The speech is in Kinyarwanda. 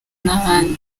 n’ahandi